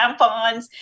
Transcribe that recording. tampons